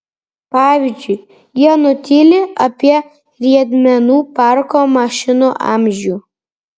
pavyzdžiui jie nutyli apie riedmenų parko mašinų amžių